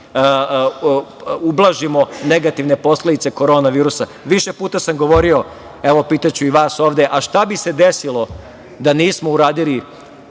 ublažimo negativne posledice korona virusa. Više puta sam govorio, evo pitaću i vas ovde, a šta bi se desilo, da nismo uradili